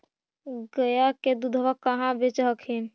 गया के दूधबा कहाँ बेच हखिन?